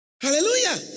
hallelujah